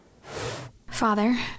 Father